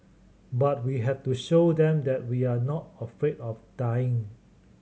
but we have to show them that we are not afraid of dying